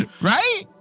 Right